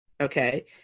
Okay